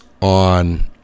On